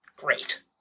Great